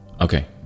Okay